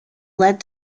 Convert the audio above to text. led